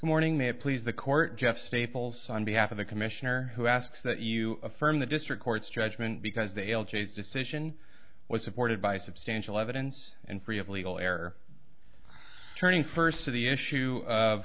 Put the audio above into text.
morning that please the court jeff staples on behalf of the commissioner who asks that you affirm the district court's judgment because the l g s decision was supported by substantial evidence and free of legal air turning first to the issue of